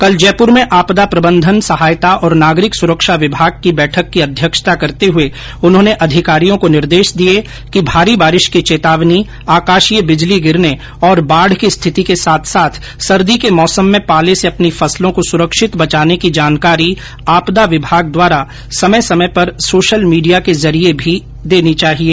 कल जयपुर में आपदा प्रबन्धन सहायता और नागरिक सुरक्षा विमाग की बैठक की अध्यक्षता करते हुए उन्होंने अधिकारियों को निर्देश दिए कि भारी बारिश की चेतावनी आकाशीय बिजली गिरने और बाढ की स्थिति के साथ साथ सर्दी के मौसम में पाले से अपनी फसलों को सुरक्षित बचाने की जानकारी आपदा विभाग द्वारा समय समय पर सोशल मीडिया के जरिये भी देनी चाहिए